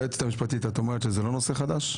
היועצת המשפטית, את אומרת שזה לא נושא חדש?